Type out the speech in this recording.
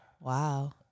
Wow